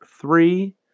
three